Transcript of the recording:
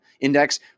Index